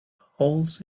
holes